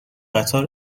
قطار